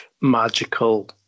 magical